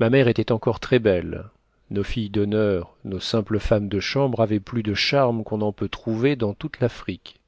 ma mère était encore très belle nos filles d'honneur nos simples femmes de chambre avaient plus de charmes qu'on n'en peut trouver dans toute l'afrique